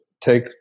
take